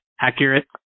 accurate